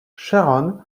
sharon